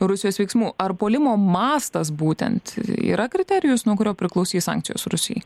rusijos veiksmų ar puolimo mastas būtent yra kriterijus nuo kurio priklausys sankcijos rusijai